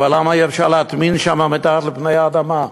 אבל למה אי-אפשר להטמין שם מתחת לפני האדמה?